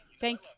Thank